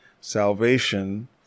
salvation